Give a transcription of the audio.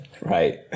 right